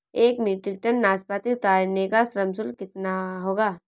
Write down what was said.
एक metric ton नाशपाती उतारने का श्रम शुल्क कितना होगा?